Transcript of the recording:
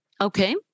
Okay